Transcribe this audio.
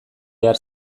behar